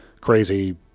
crazy